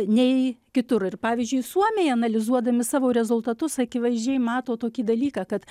nei kitur ir pavyzdžiui suomiai analizuodami savo rezultatus akivaizdžiai mato tokį dalyką kad